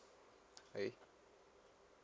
okay